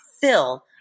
fill